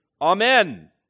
Amen